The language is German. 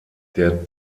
der